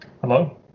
Hello